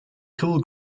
cool